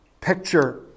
picture